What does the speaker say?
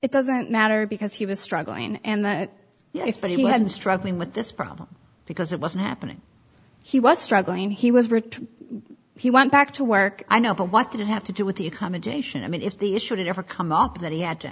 it doesn't matter because he was struggling and that yes but he had been struggling with this problem because it wasn't happening he was struggling he was rich he went back to work i know what did it have to do with the accommodation i mean if the issue did ever come up that he had to